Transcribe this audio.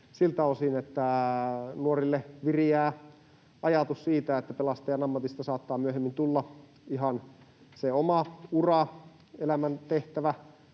siltä osin, että nuorille viriää ajatus siitä, että pelastajan ammatista saattaa myöhemmin tulla ihan se oma ura ja elämäntehtävä